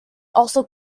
also